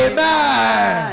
Amen